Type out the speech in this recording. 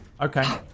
Okay